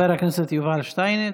תודה, חבר הכנסת יובל שטייניץ.